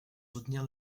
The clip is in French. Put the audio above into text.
soutenir